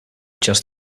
just